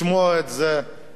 ואני כמעט בטוח,